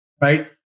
Right